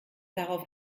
darauf